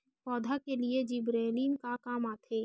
पौधा के लिए जिबरेलीन का काम आथे?